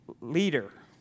leader